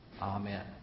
Amen